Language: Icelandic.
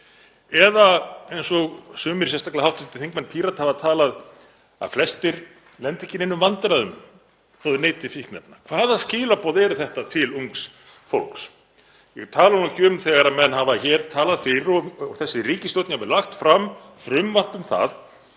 Eða eins og sumir, sérstaklega hv. þingmenn Pírata, hafa talað, að flestir lendi ekki í neinum vandræðum þótt þeir neyti fíkniefna. Hvaða skilaboð eru þetta til ungs fólks? Ég tala nú ekki um þegar menn hafa hér talað fyrir, og þessi ríkisstjórn hefur lagt fram frumvarp um það,